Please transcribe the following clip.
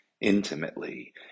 intimately